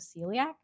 celiac